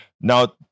Now